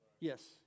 Yes